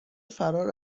فرار